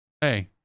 Hey